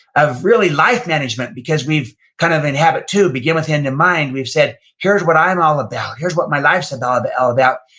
of really life management, because we've, kind of in habit two, begin with the end in mind, we've said, here's what i'm all about. here's what my life's and all about.